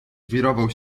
wirował